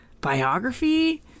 biography